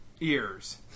Ears